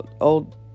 old